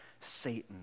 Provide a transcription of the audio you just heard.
Satan